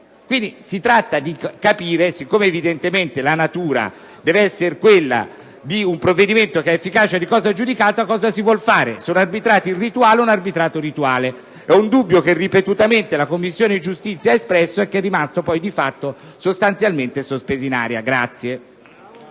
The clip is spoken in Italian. Quindi, si tratta di capire, poiché evidentemente la natura deve essere quella di un provvedimento che ha efficacia di cosa giudicata, che cosa si vuole fare: se è un arbitrato rituale o un arbitrato irrituale. È un dubbio che ripetutamente la Commissione giustizia ha espresso e che è rimasto poi, di fatto, sostanzialmente sospeso in aria.